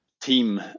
team